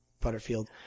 Butterfield